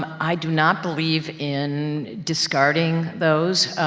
i do not believe in discarding those,